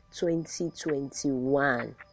2021